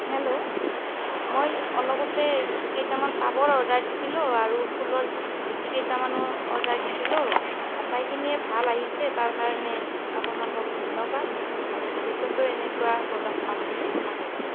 hello মই অলপতে কেইটামান টাবৰ অৰ্ডাৰ দিছিলোঁ আৰু ফুলৰ গুটি কেইটামানো অৰ্ডাৰ দিছিলোঁ আটাইখিনিয়ে ভাল আহিছে তাৰ কাৰণে আপোনালোকক ধন্যবাদ আৰু ভৱিষ্যতেও এনেকুৱা প্ৰ'ডাক্ট পাম বুলি আশা কৰিলোঁ